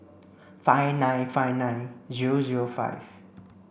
five nine five nine zero zero five